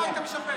מה היית משפר?